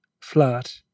flat